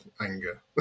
anger